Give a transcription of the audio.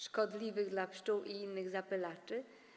szkodliwych dla pszczół i innych zapylaczy.